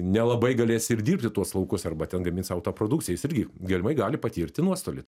nelabai galės ir dirbti tuos laukus arba ten gamins sau tą produkciją jis irgi galimai gali patirti nuostolį